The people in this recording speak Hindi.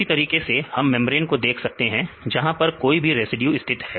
इसी तरीके से हम मेंब्रेन को देख सकते हैं जहां पर कोई भी रेसिड्यू स्थित है